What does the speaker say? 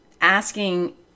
asking